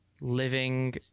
living